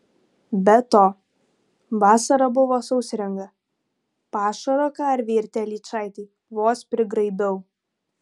be to vasara buvo sausringa pašaro karvei ir telyčaitei vos prigraibiau